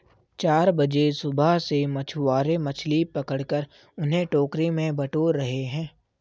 चार बजे सुबह से मछुआरे मछली पकड़कर उन्हें टोकरी में बटोर रहे हैं